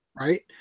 right